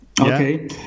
Okay